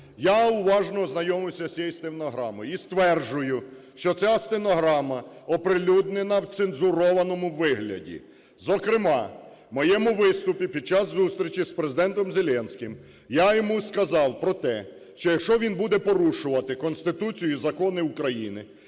Я уважно ознайомився з цією стенограмою і стверджую, що ця стенограма оприлюднена в цензурованому вигляді. Зокрема в моєму виступі під час зустрічі з Президентом Зеленським я йому сказав про те, що якщо він буде порушувати Конституцію і закони України,